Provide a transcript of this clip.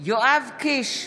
יואב קיש,